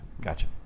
Gotcha